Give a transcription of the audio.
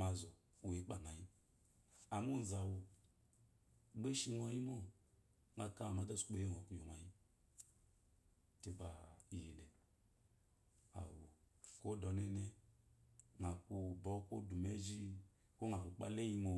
Mazo mu ekpangayi amma ozawu gbe eshinyimo nga kama adaosukpo eyo ngo kuyo mayi legba iyile awu kode omene ngo ku ubwɔkudumeji ko ngo ku ukpadaeyimo